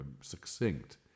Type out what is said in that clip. succinct